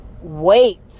Wait